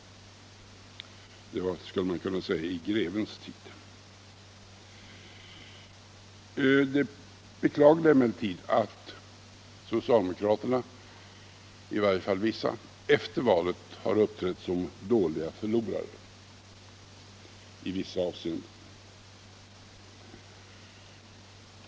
Det var, skulle man kunna säga, i grevens tid. Det beklagliga är emellertid att socialdemokraterna — i varje fall vissa av dem - efter valet har uppträtt som dåliga förlorare i en del avseenden.